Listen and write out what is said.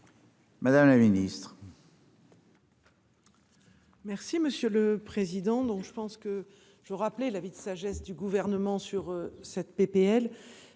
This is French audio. Mme la ministre.